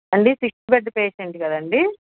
ఆండి fifth bed patient కదండి